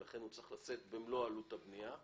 ולכן היא זאת שצריכה לשאת במלוא עלות הבנייה.